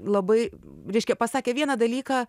labai reiškia pasakė vieną dalyką